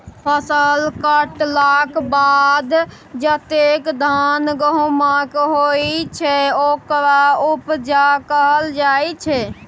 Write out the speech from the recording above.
फसल कटलाक बाद जतेक धान गहुम होइ छै ओकरा उपजा कहल जाइ छै